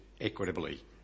equitably